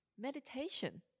meditation